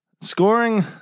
scoring